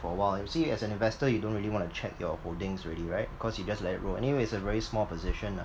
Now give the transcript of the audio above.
for a while you see as an investor you don't really want to check your holdings already right because you just let it roll anyway it's a very small position lah